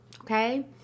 Okay